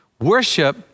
Worship